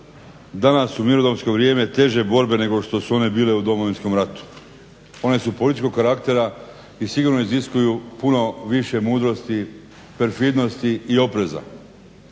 danas u mirnodopsko vrijeme teže borbe nego što su one bile u Domovinskom ratu. One su političkog karaktera i sigurno iziskuju puno više mudrosti, perfidnosti i opreza